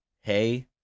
hey